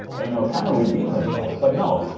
you know kind of redeem themselves, but no.